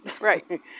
right